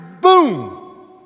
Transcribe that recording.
boom